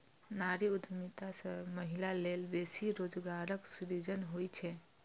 नारी उद्यमिता सं महिला लेल बेसी रोजगारक सृजन होइ छै